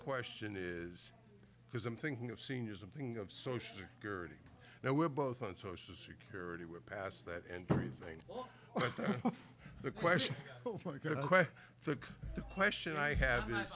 question is because i'm thinking of seniors i'm thinking of social security now we're both on social security we're past that and you think the question the question i have